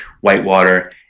Whitewater